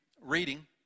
reading